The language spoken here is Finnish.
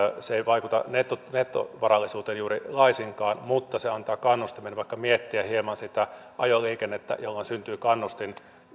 se ei vaikuta nettovarallisuuteen juuri laisinkaan mutta se antaa kannustimen vaikka miettiä hieman sitä ajoliikennettä jolloin syntyy kannustin